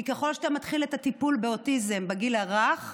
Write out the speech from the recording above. כי ככל שאתה מתחיל את הטיפול באוטיזם בגיל הרך,